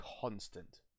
constant